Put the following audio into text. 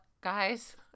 guys